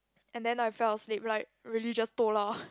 and then I fell asleep like really just toh lah